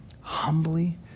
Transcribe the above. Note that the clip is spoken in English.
humbly